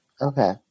Okay